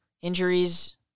injuries